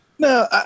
No